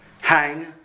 hang